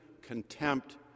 contempt